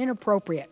inappropriate